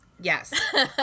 Yes